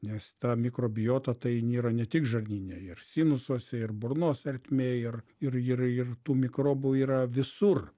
nes ta mikrobiota tai jin yra ne tik žarnyne ir sinusuose ir burnos ertmėj ir ir ir ir tų mikrobų yra visur